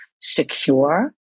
secure